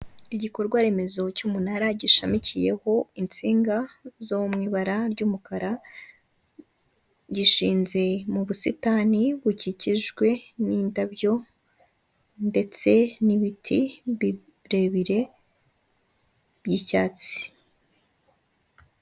Igikorwa remezo cy'umunara gishamikiyeho insinga zo mu ibara ry'umukara, gishinze mu busitani bukikijwe n'indabyo ndetse n'ibiti birebire by'icyatsi.